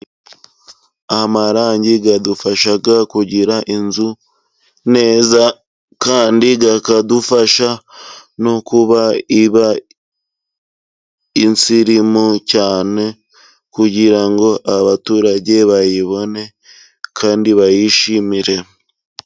Amarangi adufasha kugira inzu neza, kandi akadufasha no kuba iba insirimu cyane, kugirango abaturage bayibone, kandi bayishimire.